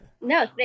No